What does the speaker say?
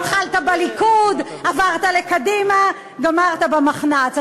התחלת בליכוד, עברת לקדימה, גמרת במחנ"צ.